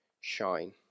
shine